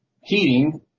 heating